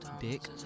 dick